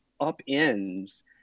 upends